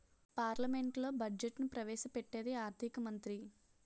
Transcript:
పార్లమెంట్లో బడ్జెట్ను ప్రవేశ పెట్టేది ఆర్థిక మంత్రి